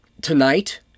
tonight